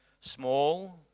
small